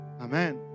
Amen